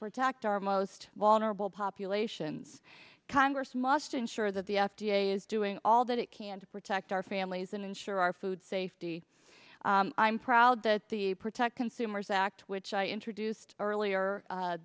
protect our most vulnerable populations congress must ensure that the f d a is doing all that it can to protect our families and ensure our food safety i'm proud that the protect consumers act which i introduced earlier